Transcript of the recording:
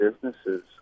businesses